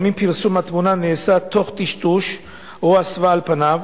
גם אם פרסום התמונה נעשה תוך טשטוש או הסוואה של פניו,